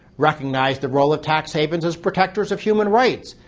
recognized the role of tax havens as protectors of human rights.